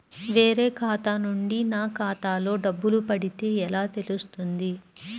వేరే ఖాతా నుండి నా ఖాతాలో డబ్బులు పడితే ఎలా తెలుస్తుంది?